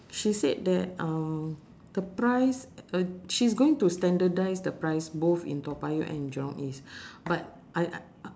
she said that um the price uh she's going to standardise the price both in toa payoh and jurong east but I I